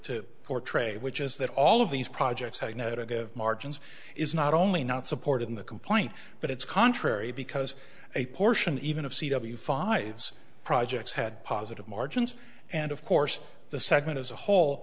to portray which is that all of these projects have noted margins is not only not supported in the complaint but it's contrary because a portion even of c w five's projects had positive margins and of course the segment as a whole